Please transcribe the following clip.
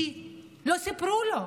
כי לא סיפרו לו.